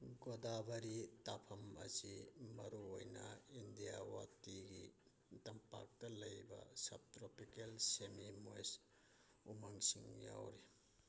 ꯒꯣꯗꯥꯕꯔꯤ ꯇꯥꯐꯝ ꯑꯁꯤ ꯃꯔꯨꯑꯣꯏꯅ ꯏꯟꯗ꯭ꯔꯋꯥꯇꯤꯒꯤ ꯇꯝꯄꯥꯥꯛꯇ ꯂꯩꯕ ꯁꯕ ꯇ꯭ꯔꯣꯄꯤꯀꯦꯜ ꯁꯦꯃꯤ ꯃꯣꯏꯁ ꯎꯃꯪꯁꯤꯡ ꯌꯥꯎꯔꯤ